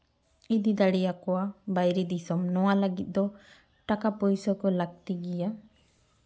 ᱚᱫᱤ ᱫᱟᱲᱮᱭᱟᱠᱚᱣᱟ ᱵᱟᱭᱨᱮ ᱫᱤᱥᱚᱢ ᱱᱚᱣᱟ ᱞᱟᱹᱜᱤᱫ ᱫᱚ ᱴᱟᱠᱟ ᱯᱩᱭᱥᱟᱹ ᱠᱚ ᱞᱟᱹᱠᱛᱤ ᱜᱮᱭᱟ